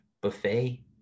buffet